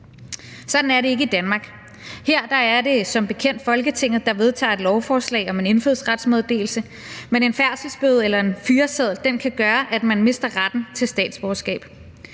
Sådan er det ikke i Danmark. Her er det som bekendt Folketinget, der vedtager et lovforslag om indfødsrets meddelelse, men en færdselsbøde eller en fyreseddel kan gøre, at man mister retten til statsborgerskab,